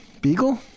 beagle